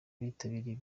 bitabiriye